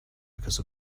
because